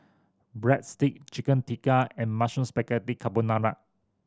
Breadstick Chicken Tikka and Mushroom Spaghetti Carbonara